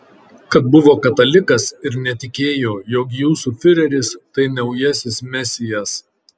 kad buvo katalikas ir netikėjo jog jūsų fiureris tai naujasis mesijas